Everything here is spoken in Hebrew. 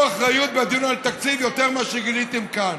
אחריות בדיון על התקציב יותר מאשר גיליתם כאן.